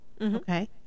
Okay